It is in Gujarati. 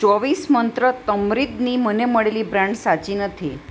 ચોવીસ મંત્ર ટેમરિંડની મને મળેલી બ્રાન્ડ સાચી નથી